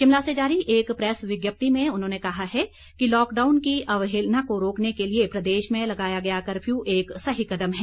शिमला से जारी एक प्रैस विज्ञप्ति में उन्होंने कहा है कि लॉकडाउन की अवहेलना को रोकने के लिए प्रदेश में लगाया गया कर्फ्यू एक सही कदम है